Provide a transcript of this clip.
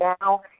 now